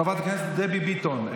חברת הכנסת דבי ביטון,